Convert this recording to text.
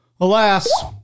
alas